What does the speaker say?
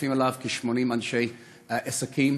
מצטרפים אליו כ-80 אנשי עסקים.